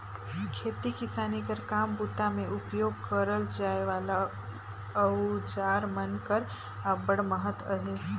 खेती किसानी कर काम बूता मे उपियोग करल जाए वाला अउजार मन कर अब्बड़ महत अहे